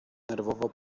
nerwowo